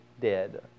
dead